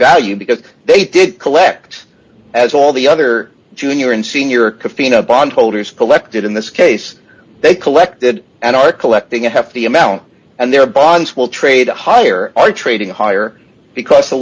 value because they did collect as all the other junior and senior could phina bond holders collected in this case they collected and are collecting a hefty amount and their bonds will trade higher are trading higher because the